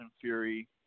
Fury